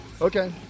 Okay